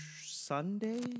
Sunday